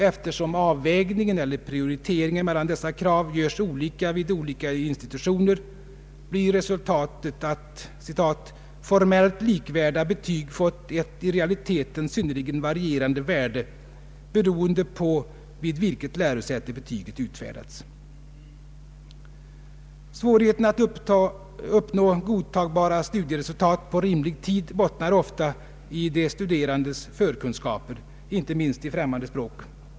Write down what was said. Eftersom avvägningen eller prioriteringen mellan dessa krav görs olika vid olika institutioner blir slutresultatet ”att formelt likvärdiga betyg fått ett i realiteten synnerligen varierande värde, beroende på vid vilket lärosäte betyget utfärdats”. Svårigheten att uppnå fullvärdiga studieresultat på rimlig tid bottnar ofta i de studerandes förkunskaper, inte minst i främmande språk.